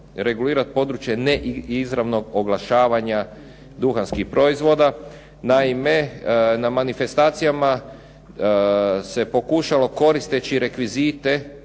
regulirati područje neizravnog oglašavanja duhanskih proizvoda. Naime, na manifestacijama se pokušalo koristeći rekvizite